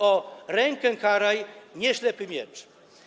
O! Rękę karaj, nie ślepy miecz”